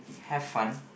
have fun